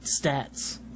stats